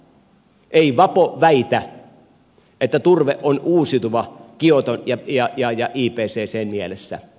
ei vapo väitä että turve on uusiutuva kioto ja ipcc mielessä